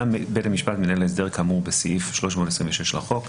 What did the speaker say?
בית המשפט מנהל הסדר כאמור בסעיף 326 לחוק,